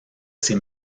ces